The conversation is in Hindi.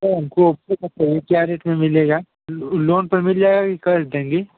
सर हमको ओप्पो का चाहिए क्या रेट में मिलेगा लो लोन पर मिल जाएगा की कर्ज देंगी